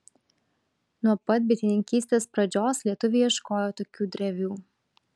nuo pat bitininkystės pradžios lietuviai ieškojo tokių drevių